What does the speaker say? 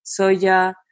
soya